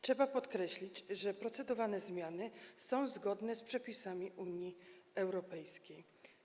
Trzeba podkreślić, że procedowane zmiany są zgodne z przepisami Unii Europejskiej.